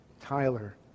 Tyler